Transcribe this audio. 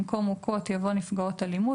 במקום "מוכות" יבוא "נפגעות אלימות",